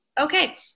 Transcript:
okay